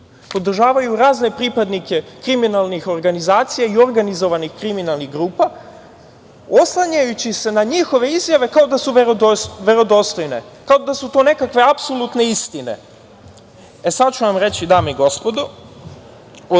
podržavaju razne pripadnike kriminalnih organizacija i organizovanih kriminalnih grupa, oslanjajući se na njihove izjave kao da su verodostojne, kao da su to nekakve apsolutne istine. Sad ću vam reći, dame i gospodo, malo